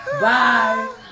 Bye